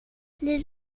les